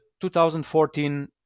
2014